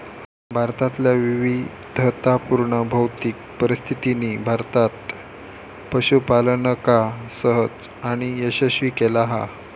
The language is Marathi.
भारतातल्या विविधतापुर्ण भौतिक परिस्थितीनी भारतात पशूपालनका सहज आणि यशस्वी केला हा